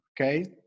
okay